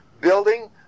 building